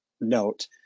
note